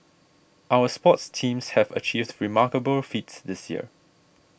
our sports teams have achieved remarkable feats this year